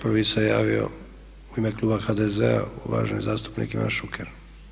Prvi se javio u ime kluba HDZ-a uvaženi zastupnik Ivan Šuker.